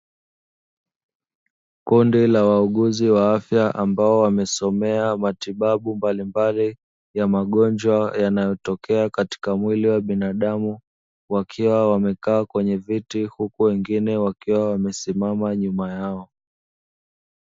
Kundi la wauguzi wa afya ambao wamesomea matibabu mbalimbali ya magonjwa yanayotokea katika mwili wa binadamu, wakiwa wamekaa kwenye viti huku wengine wakiwa wamesimama nyuma yao.